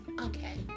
Okay